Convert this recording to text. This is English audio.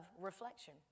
reflection